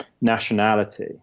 nationality